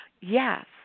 yes